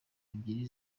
ebyiri